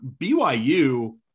byu